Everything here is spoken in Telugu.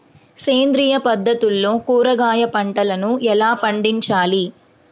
సేంద్రియ పద్ధతుల్లో కూరగాయ పంటలను ఎలా పండించాలి?